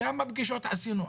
כמה פגישות עשינו?